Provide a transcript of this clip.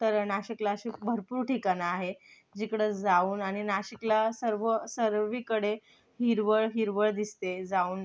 तर णाशिकला अशी भरपूर ठिकाणं आहे जिकडं जाऊन आणि नाशिकला सर्व सर्वीकडे हिरवळ हिरवळ दिसते जाऊन